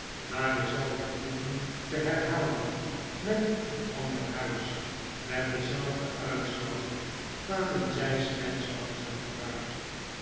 maar dezelfde proeven te herhalen met een ander huis met denzelfden uitslag kwamen zij slechts langzaam vooruit